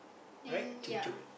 then yeah